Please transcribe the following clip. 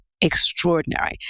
extraordinary